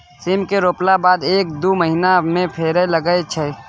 सीम केँ रोपला बाद एक दु महीना मे फरय लगय छै